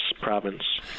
province